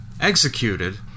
executed